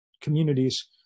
communities